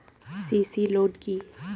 CC loan কি?